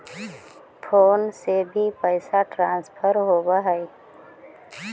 Phone से भी पैसा ट्रांसफर होवहै?